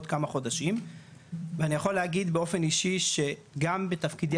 כמה חודשים ואני יכול להגיד באופן אישי שגם בתפקידי